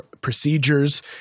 procedures